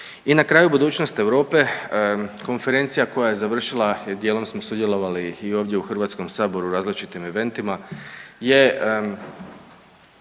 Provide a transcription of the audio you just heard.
I na kraju budućnost Europe, konferencija koja je završila i dijelom smo sudjelovali i ovdje u HS-u u različitim eventima je